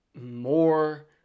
more